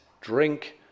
drink